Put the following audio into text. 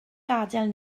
gadael